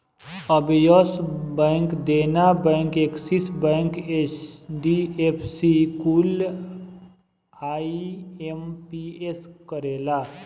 अब Yes Bank, Dena Bank, Axis Bank, HDFC कुल IMPS करेला